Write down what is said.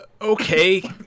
okay